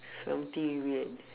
something weird